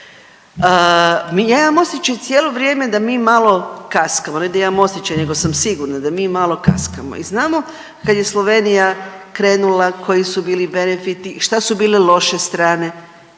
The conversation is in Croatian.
Ja imam osjećaj cijelo vrijeme da mi malo kaskamo, ne da imam osjećaj nego sam sigurna da mi malo kaskamo i znamo kad je Slovenija krenula koji su bili benefiti i šta su bile loše strane,